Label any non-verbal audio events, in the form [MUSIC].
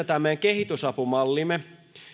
[UNINTELLIGIBLE] tämä meidän kehitysapumallimme